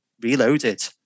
Reloaded